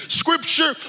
scripture